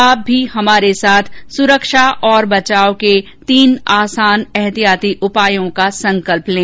आप भी हमारे साथ सुरक्षा और बचाव के तीन आसान एहतियाती उपायों का संकल्प लें